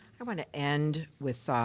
i wanna end with